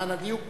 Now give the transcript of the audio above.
למען הדיוק,